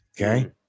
okay